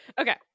Okay